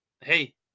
Hey